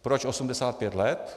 Proč 85 let?